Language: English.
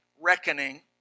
reckoning